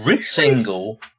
single